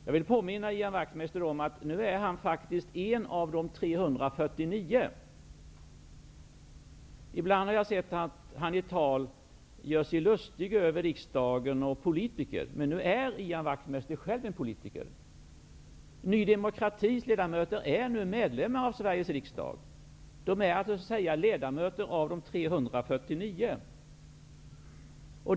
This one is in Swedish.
Jag vill påminna Ian Wachtmeister om att han faktiskt är en av de 349 ledamöterna. Ibland, det har jag märkt, gör han sig i tal lustig över riksdagen och politikerna. Men nu är alltså Ian Wachtmeister själv en politiker. Ny demokratis ledamöter är nu medlemmar av Sveriges riksdag. Deras ledamöter tillhör de 349.